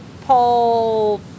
paul